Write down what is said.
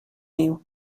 niu